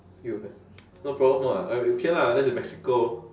U_S no problem [what] I okay lah unless in mexico